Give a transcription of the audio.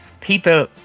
people